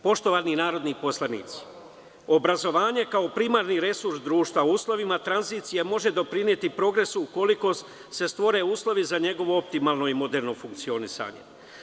Poštovani narodni poslanici, obrazovanje kao primarni resurs društva u uslovima tranzicije može doprineti progresu ukoliko se stvore uslovi za njegovo optimalno i moderno funkcionisanje.